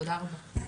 תודה רבה.